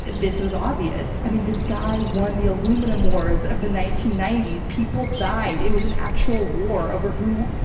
this was obvious. i mean, this guy won the aluminum wars of the nineteen ninety s. people died. it was an actual war over who,